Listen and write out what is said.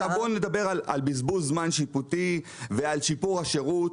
עכשיו בואו נדבר על בזבוז זמן שיפוטי ועל שיפור השירות.